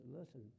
listen